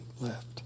left